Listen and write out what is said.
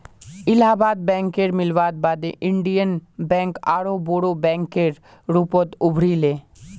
इलाहाबाद बैकेर मिलवार बाद इन्डियन बैंक आरोह बोरो बैंकेर रूपत उभरी ले